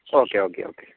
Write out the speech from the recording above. okay okay okay